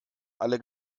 alle